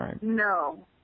no